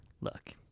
look